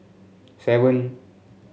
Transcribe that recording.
seven